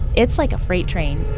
it's like a freight train